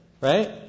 right